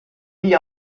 gli